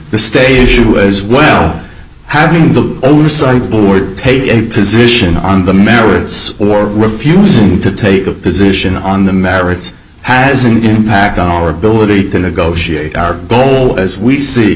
the station as well having the only site board paid a position on the merits or refusing to take a position on the merits has an impact on our ability to negotiate our goal as we see